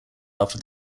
after